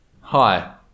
Hi